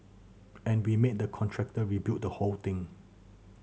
and we made the contractor rebuild the whole thing